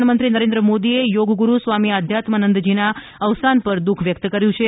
પ્રધાનમંત્રી નરેન્દ્ર મોદીએ થોગ ગુરૂ સ્વામી આધ્યાત્માનંદના અવસાન પર દુઃખ વ્યક્ત કર્યું છે